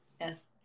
yes